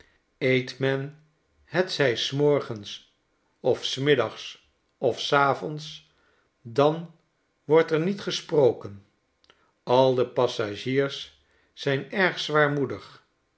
eet men hetzij s morgens of s middags of s avonds dan wordt er niet gesproken al de passagiers zijn erg zwaarmoedig